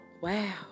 wow